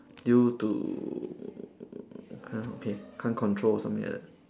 due to !huh! okay can't control or something like that